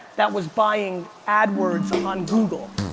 that was buying ad words on google.